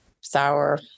sour